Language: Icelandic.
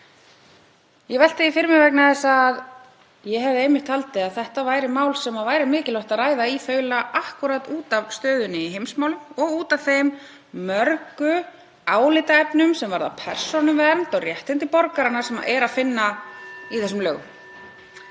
Ég velti því fyrir mér vegna þess að ég hefði einmitt haldið að þetta væri mál sem væri mikilvægt að ræða í þaula út af stöðunni í heimsmálum og út af þeim mörgu álitaefnum sem varða persónuvernd og réttindi borgaranna sem er að finna í þessum lögum.